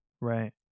Right